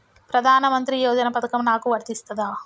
ప్రధానమంత్రి యోజన పథకం నాకు వర్తిస్తదా?